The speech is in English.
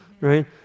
right